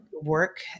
work